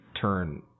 turn